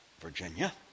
Virginia